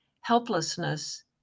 helplessness